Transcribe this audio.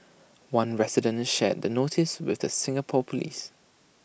one resident shared the notice with the Singapore Police